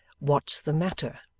what's the matter